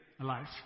alive